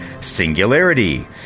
Singularity